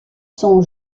sont